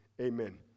amen